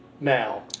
now